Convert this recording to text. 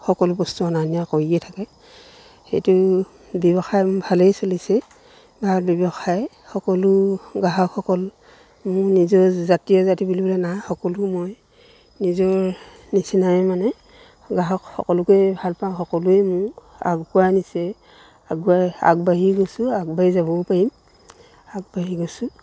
সকলো বস্তু অনা নিয়া কৰিয়ে থাকে সেইটো ব্যৱসায় মোৰ ভালেই চলিছে ভাল ব্যৱসায় সকলো গ্ৰাহকসকল মোৰ নিজৰ জাতি অজাতি বুলিবলৈ নাই সকলো মই নিজৰ নিচিনাই মানে গ্ৰাহক সকলোকে ভালপাওঁ সকলোৱে মোক আগুৱাই নিছে আগুৱাই আগবাঢ়ি গৈছোঁ আগবাঢ়ি যাবও পাৰিম আগবাঢ়ি গৈছোঁ